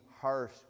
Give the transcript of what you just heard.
harsh